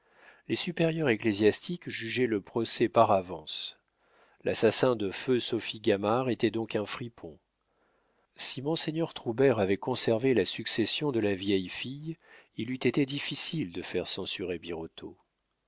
les supérieurs ecclésiastiques jugeaient le procès par avance l'assassin de feu sophie gamard était donc un fripon si monseigneur troubert avait conservé la succession de la vieille fille il eût été difficile de faire censurer birotteau